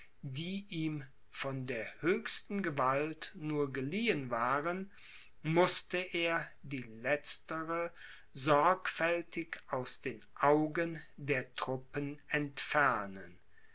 die ihm von der höchsten gewalt nur geliehen waren mußte er die letztere sorgfältig aus den augen der truppen entfernen